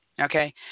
Okay